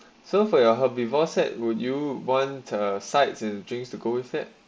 so for your happy ball set would you want to sites in drinks to go with it